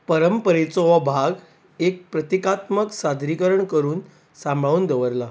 परंपरेचो हो भाग एक प्रतिकात्मक सादरीकरण करून सांबाळून दवरला